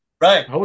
Right